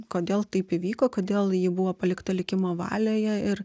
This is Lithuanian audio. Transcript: kodėl taip įvyko kodėl ji buvo palikta likimo valioje ir